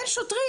אין שוטרים.